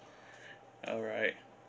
alright